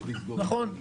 נכון.